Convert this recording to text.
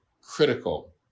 critical